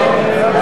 הממשלה